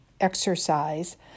exercise